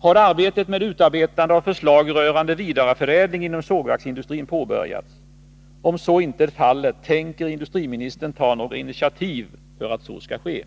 Har arbetet med utarbetande av förslag rörande vidareförädling inom sågverksindustrin påbörjats? 4. Om så inte är fallet, tänker industriministern ta några initiativ för att så skall ske?